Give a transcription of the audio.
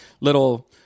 little